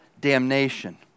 damnation